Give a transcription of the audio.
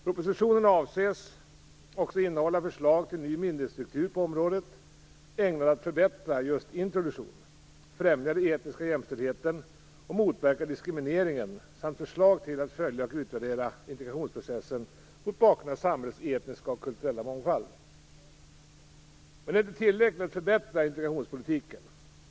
Propositionen avses också innehålla förslag till en ny myndighetsstruktur på området ägnad att förbättra introduktionen, främja den etniska jämställdheten och motverka diskrimineringen samt förslag till att följa och utvärdera integrationsprocessen mot bakgrund av samhällets etniska och kulturella mångfald. Men det är inte tillräckligt att förbättra integrationspolitiken.